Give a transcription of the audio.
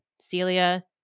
Celia